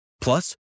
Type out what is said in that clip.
Plus